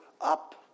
up